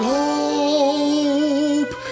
hope